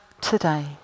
today